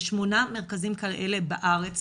יש שמונה מרכזים כאלה בארץ.